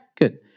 Good